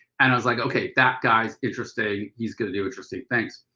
and i was like ok that guy's interesting. he's going to do interesting things.